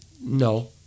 No